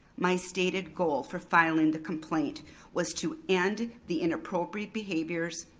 my stated goal for filing the complaint was to end the inappropriate behaviors,